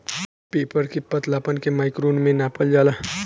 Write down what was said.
paper के पतलापन के माइक्रोन में नापल जाला